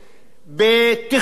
בתכנון,